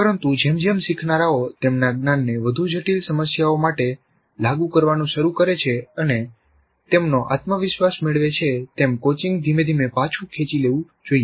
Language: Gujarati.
પરંતુ જેમ જેમ શીખનારાઓ તેમના જ્ઞાનને વધુ જટિલ સમસ્યાઓ માટે લાગુ કરવાનું શરૂ કરે છે અને તેમનો આત્મવિશ્વાસ મેળવે છે તેમ કોચિંગ ધીમે ધીમે પાછું ખેંચી લેવું જોઈએ